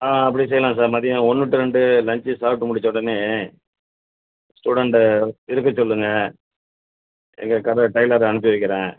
ஆ அப்படி செய்யலாம் சார் மதியம் ஒன்று டூ ரெண்டு லஞ்ச்சு சாப்பிட்டு முடிச்ச உடனே ஸ்டூடெண்ட்டை இருக்கச் சொல்லுங்கள் எங்கள் கடை டெய்லரை அனுப்பி வைக்கறேன்